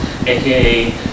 aka